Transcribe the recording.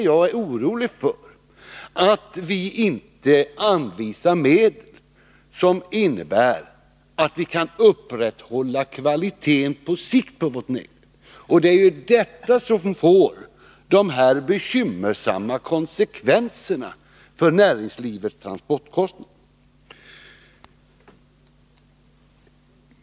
Jag är orolig för att vi inte anvisar medel så att kvaliteten på vårt vägnät på sikt kan upprätthållas. Därför blir det bekymmersamt när det gäller näringslivets transportkostnader.